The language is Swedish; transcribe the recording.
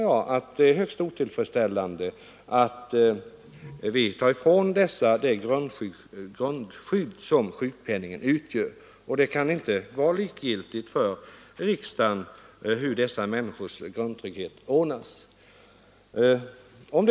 Jag tycker det är högst otillfredsställande att vi tar ifrån dem det grundskydd som sjukpenningen utgör. Det kan inte vara likgiltigt för riksdagen hur dessa människors grundtrygghet ordnas.